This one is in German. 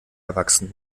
erwachsen